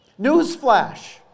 Newsflash